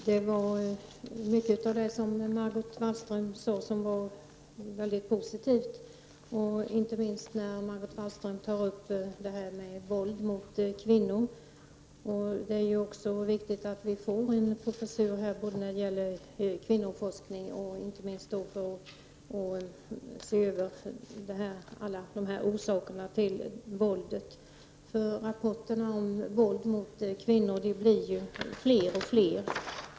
Herr talman! Mycket av vad Margot Wallström sade var positivt, inte minst när hon tog upp detta med våld mot kvinnor. Det är också viktigt att vi får en professur för kvinnoforskning som inte minst undersöker orsakerna till våldet. Rapporterna om våld mot kvinnor blir fler och fler.